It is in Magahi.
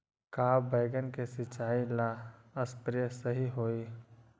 का बैगन के सिचाई ला सप्रे सही होई?